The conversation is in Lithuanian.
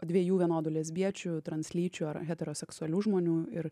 dviejų vienodų lesbiečių translyčių ar heteroseksualių žmonių ir